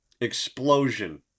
explosion